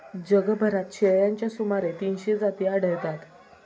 जगभरात शेळ्यांच्या सुमारे तीनशे जाती आढळतात